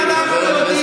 אם אנחנו יודעים,